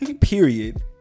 Period